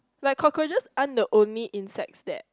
like cockroaches aren't the only insects that